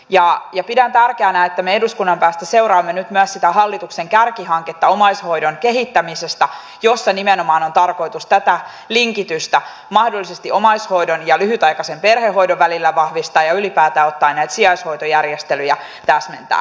pidän tärkeänä että me eduskunnan päästä seuraamme nyt myös sitä hallituksen kärkihanketta omaishoidon kehittämisestä jossa nimenomaan on tarkoitus tätä linkitystä mahdollisesti omaishoidon ja lyhytaikaisen perhehoidon välillä vahvistaa ja ylipäätään näitä sijaishoitojärjestelyjä täsmentää